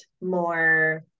more